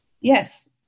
yes